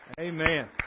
Amen